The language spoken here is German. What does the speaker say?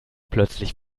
plötzlich